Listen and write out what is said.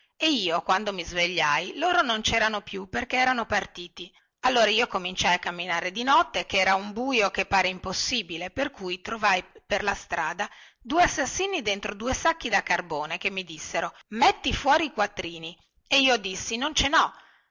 ed io quando mi svegliai loro non cerano più perché erano partiti allora io cominciai a camminare di notte che era un buio che pareva impossibile per cui trovai per la strada due assassini dentro due sacchi da carbone che mi dissero metti fuori i quattrini e io dissi non ce nho